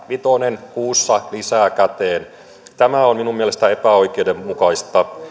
vitonen kuussa lisää tämä on minun mielestäni epäoikeudenmukaista